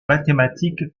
mathématiques